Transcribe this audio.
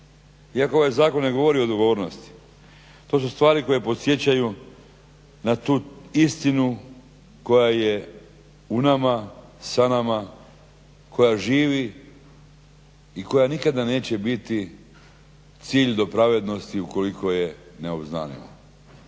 Iako ovaj zakon ne govori o odgovornosti to su stvari koje podsjećaju na tu istinu koja je u nama, sa nama, koja živi i koja nikada neće biti cilj do pravednosti ukoliko je ne obznanimo.